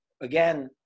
again